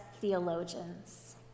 theologians